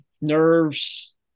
nerves